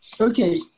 okay